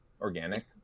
Organic